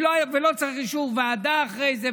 ולא צריך אישור ועדה אחרי זה,